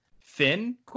Finn